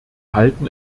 halten